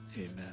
amen